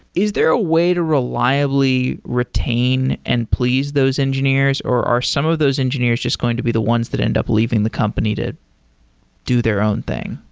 is there a way to reliably retain and please those engineers or are some of those engineers just going to be the ones that end up leaving the company do their own thing?